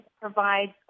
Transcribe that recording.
provides